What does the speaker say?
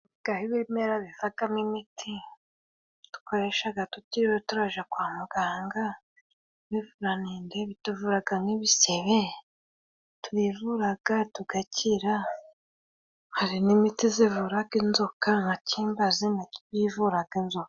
Habagaho ibimera bivagamo imiti dukoreshaga tutiriwe turaja kwa muganga. Ibivuranende bituvuraga n'ibisebe turivuraga tugakira, hari n'imiti zivuraga inzoka nka kimbazi nayo ivuraga inzoka.